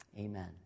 Amen